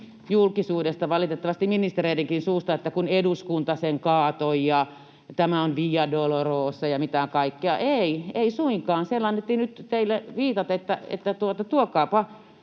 julkisuudessa, valitettavasti ministereidenkin suusta, että eduskunta sen kaatoi ja tämä on via dolorosa ja mitä kaikkea. Ei, ei suinkaan. Siellä annettiin teille viitat, että tuokaapa